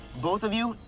both of you,